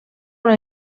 una